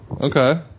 Okay